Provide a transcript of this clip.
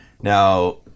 Now